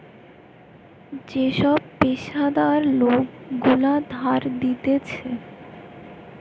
যে সব পেশাদার লোক গুলা ধার দিতেছে